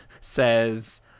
says